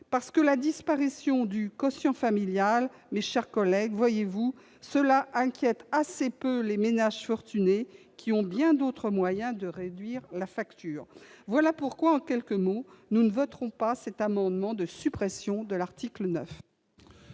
collègues, la disparition du quotient familial inquiète assez peu les ménages fortunés, qui ont bien d'autres moyens de réduire la facture ! Voici pourquoi, en quelques mots, nous ne voterons pas cet amendement de suppression de l'article 9.